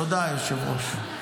תודה, היושב-ראש.